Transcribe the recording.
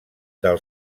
del